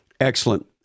Excellent